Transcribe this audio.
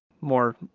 more